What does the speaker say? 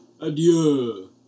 Adieu